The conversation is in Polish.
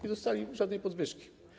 Nie dostali żadnej podwyżki.